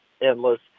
endless